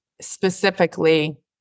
specifically